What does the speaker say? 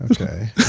okay